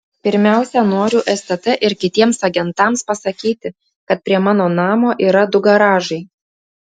pirmiausia noriu stt ir kitiems agentams pasakyti kad prie mano namo yra du garažai